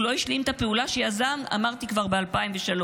והוא לא השלים את הפעולה שיזם, אמרתי כבר, ב-2003.